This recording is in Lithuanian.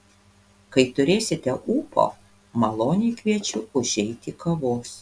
kai turėsite ūpo maloniai kviečiu užeiti kavos